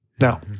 Now